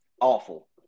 Awful